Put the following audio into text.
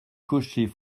cocher